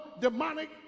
demonic